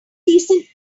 decent